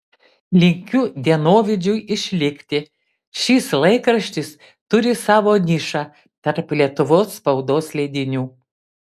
linkiu dienovidžiui išlikti šis laikraštis turi savo nišą tarp lietuvos spaudos leidinių